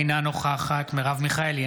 אינה נוכחת מרב מיכאלי,